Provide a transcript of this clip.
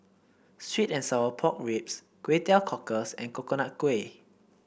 sweet and Sour Pork Ribs Kway Teow Cockles and Coconut Kuih